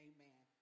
Amen